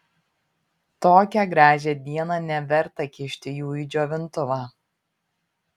tokią gražią dieną neverta kišti jų į džiovintuvą